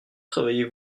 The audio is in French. travaillez